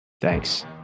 Thanks